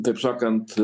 taip sakant